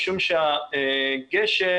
משום שהגשם,